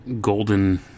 golden